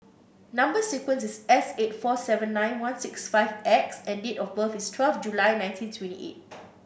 number sequence is S eight four seven nine one six five X and date of birth is twelve July nineteen twenty eight